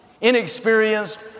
inexperienced